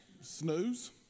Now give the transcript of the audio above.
snooze